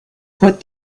put